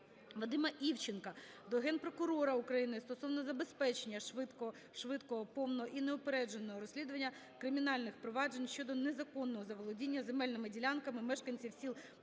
Вадима Івченка до Генпрокурора України стосовно забезпечення швидкого, повного і неупередженого розслідування кримінальних проваджень щодо незаконного заволодіння земельними ділянками мешканців сіл Долинського